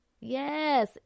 Yes